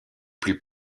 plus